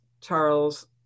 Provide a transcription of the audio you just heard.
Charles